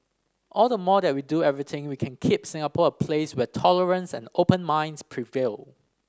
all the more that we do everything we can keep Singapore a place where tolerance and open minds prevail